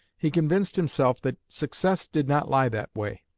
he convinced himself that success did not lie that way.